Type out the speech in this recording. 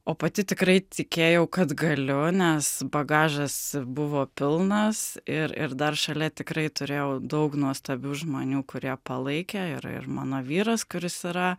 o pati tikrai tikėjau kad galiu nes bagažas buvo pilnas ir ir dar šalia tikrai turėjau daug nuostabių žmonių kurie palaikė ir ir mano vyras kuris yra